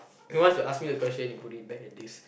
once you ask me the question you put it back at this